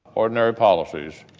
ordinary policies.